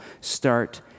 Start